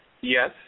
Yes